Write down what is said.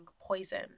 poison